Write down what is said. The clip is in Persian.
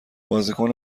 بازیکن